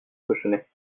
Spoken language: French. cochonnet